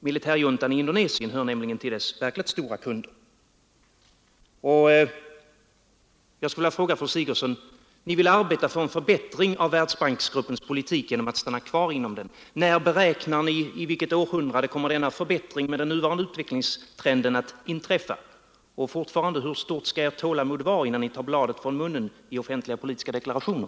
Militärjuntan i Indonesien hör nämligen till dess verkligt stora kunder. Jag skulle vilja ställa en fråga till fru Sigurdsen. Ni vill arbeta för en förbättring av Världsbanksgruppens politik genom att stanna kvar inom den. I vilket århundrade beräknar ni att den förbättringen — med den nuvarande utvecklingstrenden — kommer att inträffa? Hur stort skall ert tålamod vara innan ni tar bladet från munnen i offentliga politiska deklarationer?